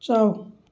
ꯆꯥꯎ